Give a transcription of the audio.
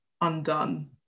undone